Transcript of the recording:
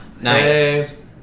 Nice